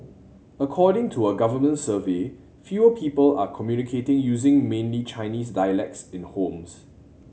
according to a government survey fewer people are communicating using mainly Chinese dialects in homes